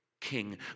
king